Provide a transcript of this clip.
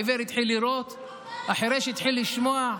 העיוור התחיל לראות, החירש התחיל לשמוע.